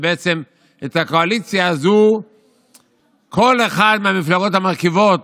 ובעצם את הקואליציה הזו כל אחת מהמפלגות המרכיבות,